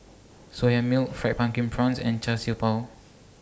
Soya Milk Fried Pumpkin Prawns and Char Siew Bao